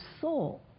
soul